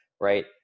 right